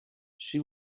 she